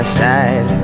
side